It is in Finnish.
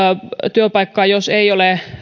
työpaikkaa jos ei ole